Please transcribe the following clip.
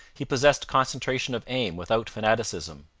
he possessed concentration of aim without fanaticism.